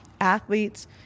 Athletes